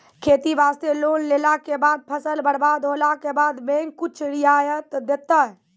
खेती वास्ते लोन लेला के बाद फसल बर्बाद होला के बाद बैंक कुछ रियायत देतै?